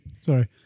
Sorry